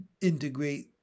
integrate